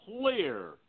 clear